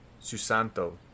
Susanto